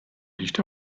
nicht